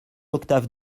octave